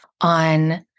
on